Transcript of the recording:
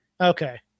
Okay